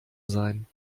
sein